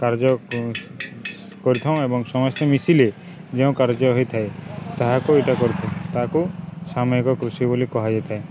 କାର୍ଯ୍ୟ କରିଥାଉଁ ଏବଂ ସମସ୍ତେ ମିଶିଲେ ଯେଉଁ କାର୍ଯ୍ୟ ହୋଇଥାଏ ତାହାକୁ ଏଇଟା କରିଥାଉ ତାହାକୁ ସାମୟିକ କୃଷି ବୋଲି କୁହାଯାଇ ଥାଏ